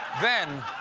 then